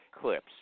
clips